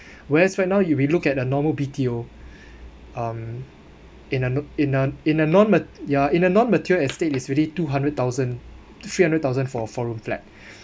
whereas right now if we look at a normal B_T_O um in a n~ in a in a non ma~ ya in a non-mature estate is really two hundred thousand to three hundred thousand for four room flat